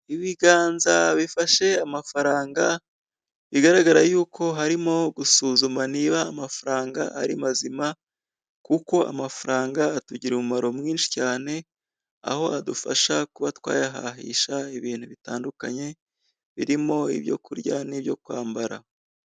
Ibiganza bifashe amafaranga, bigaragara yuko harimo gusuzuma niba amafaranga ari mazima, kuko amafaranga atugirira umumaro mwinshi cyane, kuko adufasha kuba twayahahisha ibintu bitandukanye birimo ibyo kurya n'ibyo kwambara.